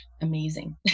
amazing